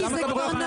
למה זה לא רלוונטי?